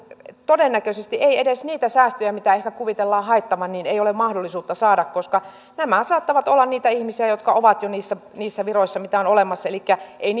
todennäköisesti edes niitä säästöjä mitä ehkä kuvitellaan haettavan ei ole mahdollisuutta saada koska nämä saattavat olla niitä ihmisiä jotka ovat jo niissä niissä viroissa mitä on olemassa elikkä ei